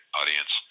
audience